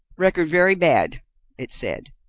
record very bad it said,